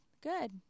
good